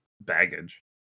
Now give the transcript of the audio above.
baggage